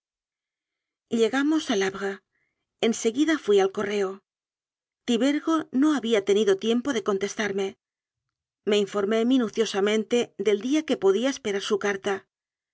raba llegamos al havre en seguida fui al correo tibergo no había tenido tiempo de contestarme me informé minuciosamente del día que podía esperar su carta